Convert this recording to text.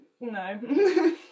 No